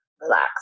Relax